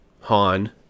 Han